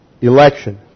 election